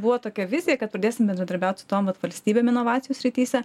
buvo tokia vizija kad pradėsim bendradarbiaut su tom vat valstybėm inovacijų srityse